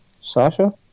Sasha